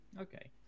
Okay